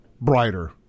brighter